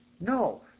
No